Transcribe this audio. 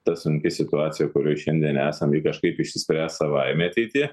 ta sunki situacija kurioj šiandien esam ji kažkaip išsispręs savaime ateity